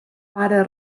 pare